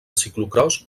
ciclocròs